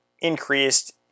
increased